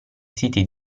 siti